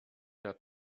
der